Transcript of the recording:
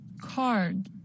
Card